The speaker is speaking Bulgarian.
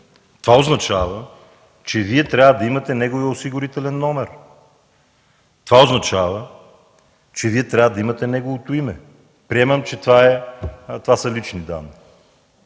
Това означава, че Вие трябва да имате неговия осигурителен номер. Това означава, че Вие трябва да имате неговото име. Приемам, че това са лични данни,